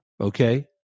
okay